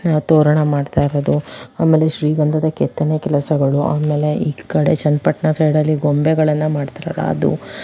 ತೋರಣ ಮಾಡ್ತಾ ಇರೋದು ಆಮೇಲೆ ಶ್ರೀಗಂಧದ ಕೆತ್ತನೆ ಕೆಲಸಗಳು ಆಮೇಲೆ ಈ ಕಡೆ ಚನ್ನಪಟ್ಟಣ ಸೈಡಲ್ಲಿ ಗೊಂಬೆಗಳನ್ನು ಮಾಡ್ತಾರಲ್ಲಾ ಅದು